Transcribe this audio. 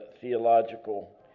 theological